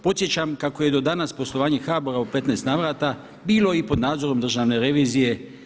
Podsjećam kako je do danas poslovanje HBOR-a u 15 navrata bilo i pod nadzorom Državne revizije.